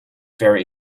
very